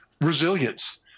Resilience